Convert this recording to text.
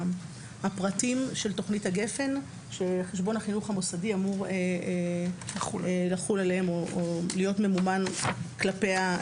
הפריטים של תכנית הגפ"ן שחשבון החינוך המוסדי אמור להיות ממומן עבורם.